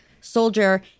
soldier